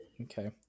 Okay